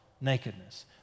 nakedness